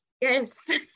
yes